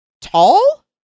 tall